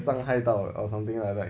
伤害到了 or something like that